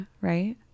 right